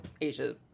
Asia